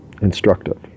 instructive